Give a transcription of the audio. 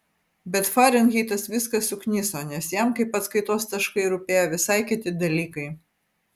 bet farenheitas viską sukniso nes jam kaip atskaitos taškai rūpėjo visai kiti dalykai